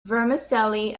vermicelli